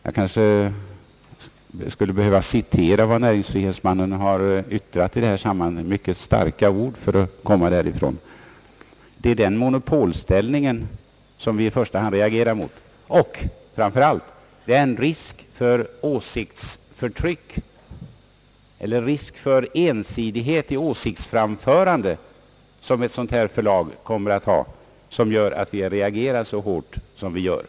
Jag kanske skulle behöva citera näringsfrihetsombudsmannens uttalande i detta sammanhang. Det är mycket starka ord för att komma från det hållet. Det är denna monopolställning som vi i första hand reagerar mot, men vad vi reagerar starkast emot är den risk för ensidighet i åsiktsframförande — risk för åsiktsförtryck — som ett sådant här förlag kommer att innebära.